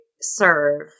serve